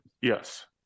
Yes